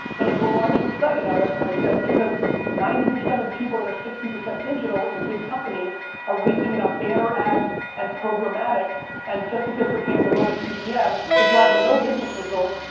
they're like, well, why aren't you excited? i like i said, because ninety percent of the people that are sixty percent digital in big companies are wasting it on banner ads and programmatic and just because they're paying the lowest cpm, they're driving no business results.